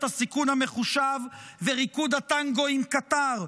הסיכון המחושב וריקוד הטנגו עם קטאר,